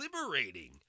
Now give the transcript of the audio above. liberating